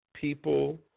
people